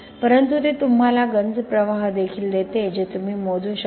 परंतु ते तुम्हाला गंज प्रवाह देखील देते जे तुम्ही मोजू शकता